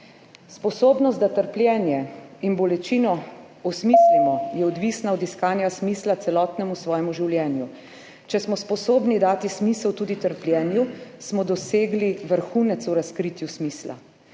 »Sposobnost, da trpljenje in bolečino osmislimo, je odvisna od iskanja smisla celotnemu svojemu življenju. Če smo sposobni dati smisel tudi trpljenju, smo dosegli vrhunec v razkritju smisla.